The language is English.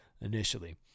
initially